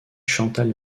chantal